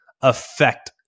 affect